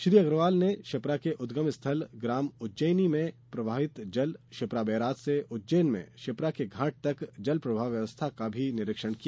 श्री अग्रवाल ने क्षिप्रा के उद्गम स्थल ग्राम उज्जैनी में प्रवाहित जल क्षिप्रा बैराज से उज्जैन में क्षिप्रा के घाट तक जल प्रवाह व्यवस्था का भी निरीक्षण किया